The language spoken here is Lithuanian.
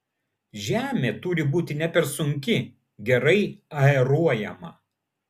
žemė turi būti ne per sunki gerai aeruojama